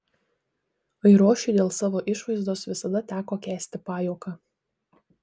airošiui dėl savo išvaizdos visada teko kęsti pajuoką